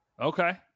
Okay